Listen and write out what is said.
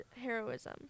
heroism